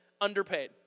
underpaid